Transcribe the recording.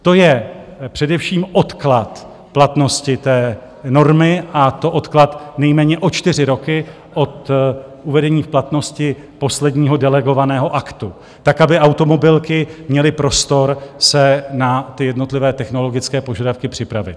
To je především odklad platnosti té normy, a to odklad nejméně o čtyři roky od uvedení v platnosti posledního delegovaného aktu tak, aby automobilky měly prostor se na jednotlivé technologické požadavky připravit.